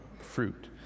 fruit